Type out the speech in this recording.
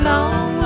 Long